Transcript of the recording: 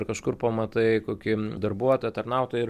ar kažkur pamatai kokį darbuotoją tarnautoją ir